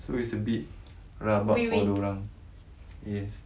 so it's a bit rabak for diorang yes